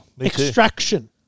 Extraction